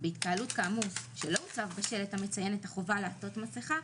בהתקהלות כאמור שלא הוצב בה שלט המציין את החובה לעטות מסכה,